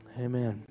amen